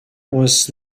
was